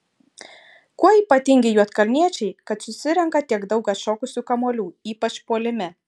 kuo ypatingi juodkalniečiai kad susirenka tiek daug atšokusių kamuolių ypač puolime